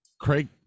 craig